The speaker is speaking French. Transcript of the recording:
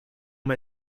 m’a